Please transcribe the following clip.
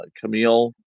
Camille